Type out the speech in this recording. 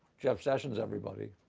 jeff sessions, everybody.